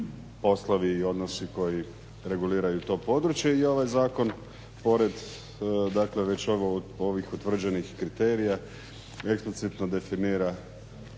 poslovi i odnosi koji reguliraju to područje. I ovaj zakon pored, dakle već ovih utvrđenih kriterija eksplicitno definira